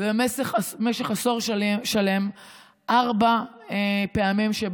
במשך עשור שלם ארבע פעמים,